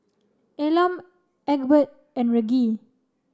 Elam Egbert and Reggie